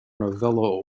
novello